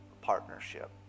partnership